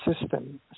system